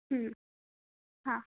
હમ્મ હા